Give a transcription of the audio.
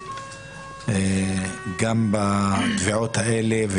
גם בתביעות האלה,